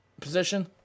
position